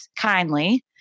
kindly